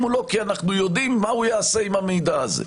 מולו כי אנחנו יודעים מה הוא יעשה עם המידע הזה.